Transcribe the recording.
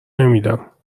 نمیدم